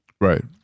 Right